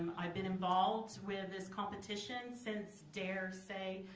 i've been involved with this competition since, daresay,